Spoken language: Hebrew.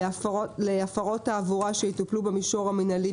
להפרות תעבורה שיטופלו במישור המינהלי,